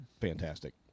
fantastic